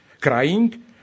crying